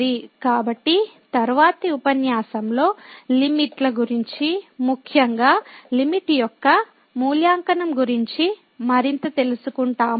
కాబట్టి తరువాతి ఉపన్యాసంలో లిమిట్ ల గురించి ముఖ్యంగా లిమిట్ యొక్క మూల్యాంకనం గురించి మరింత తెలుసుకుంటాము